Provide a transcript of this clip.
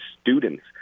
students